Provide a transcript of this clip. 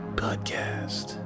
podcast